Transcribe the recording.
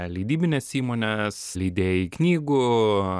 leidybinės įmonės leidėjai knygų